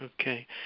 Okay